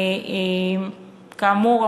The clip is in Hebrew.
כאמור,